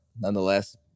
nonetheless